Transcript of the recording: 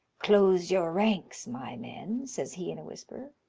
close your ranks, my men, says he in a whisper,